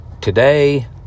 Today